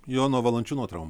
jono valančiūno trauma